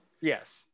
Yes